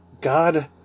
God